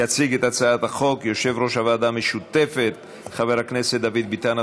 יציג את הצעת החוק יושב-ראש הוועדה המשותפת חבר הכנסת דוד ביטן,